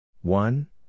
One